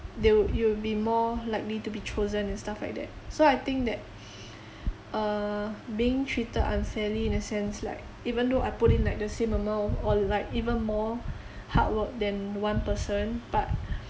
they would you would be more likely to be chosen and stuff like that so I think that uh being treated unfairly in a sense like even though I put in like the same amount or like even more hard work than one person but